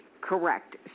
Correct